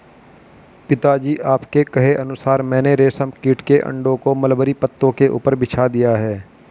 पिताजी आपके कहे अनुसार मैंने रेशम कीट के अंडों को मलबरी पत्तों के ऊपर बिछा दिया है